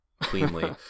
cleanly